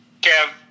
Kev